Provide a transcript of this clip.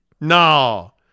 no